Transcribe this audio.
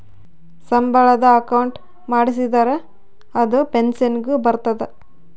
ಸಂಬಳದ ಅಕೌಂಟ್ ಮಾಡಿಸಿದರ ಅದು ಪೆನ್ಸನ್ ಗು ಬರ್ತದ